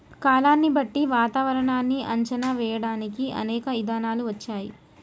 కాలాన్ని బట్టి వాతావరనాన్ని అంచనా వేయడానికి అనేక ఇధానాలు వచ్చాయి